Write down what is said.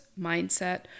mindset